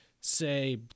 say